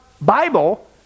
Bible